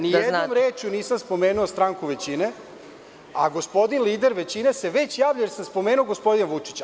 Nijednom rečju nisam spomenuo stranku većine, a gospodin lider većine se već javlja jer sam spomenuo gospodina Vučića.